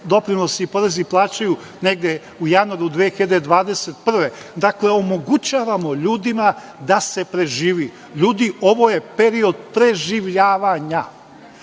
doprinosi i porezi plaćaju negde u januaru 2021. godine. Dakle, omogućavamo ljudima da se preživi. Ljudi, ovo je period preživljavanja,